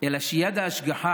אלא שיד ההשגחה